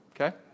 Okay